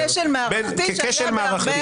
זה כשל מערכתי שהיה בהרבה מקרים.